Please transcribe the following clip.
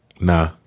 nah